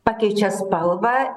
pakeičia spalvą